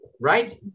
right